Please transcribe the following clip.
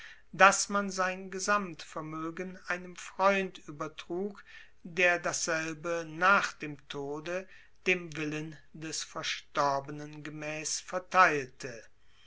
dass man sein gesamtvermoegen einem freund uebertrug der dasselbe nach dem tode dem willen des verstorbenen gemaess verteilte